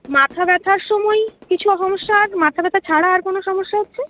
মাথা ব্যথার সময়ই কিছু সমস্যা আর মাথা ব্যথা ছাড়া আর কোনো সমস্যা হচ্ছে